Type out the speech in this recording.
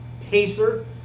pacer